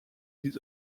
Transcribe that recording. his